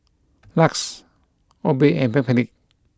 Lux Obey and Backpedic